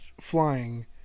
flying